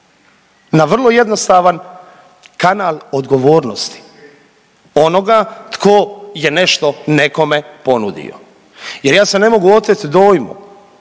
na vrlo jednostavan kanal odgovornosti onoga tko je nešto nekome ponudio. Jer ja se ne mogu otet dojmu